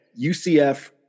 UCF